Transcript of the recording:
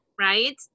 right